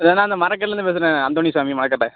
இல்லைண்ணா அந்த மரக்கடையிலேருந்து பேசுகிறேன் அந்தோனிசாமி மரக்கடை